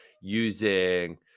using